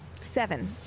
Seven